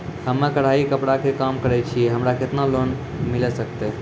हम्मे कढ़ाई कपड़ा के काम करे छियै, हमरा केतना लोन मिले सकते?